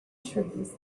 trees